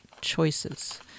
choices